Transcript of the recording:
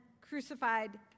crucified